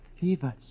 Fever